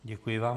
Děkuji vám.